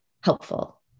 helpful